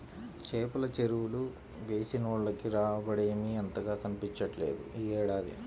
చేపల చెరువులు వేసినోళ్లకి రాబడేమీ అంతగా కనిపించట్లేదు యీ ఏడాది